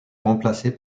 remplacé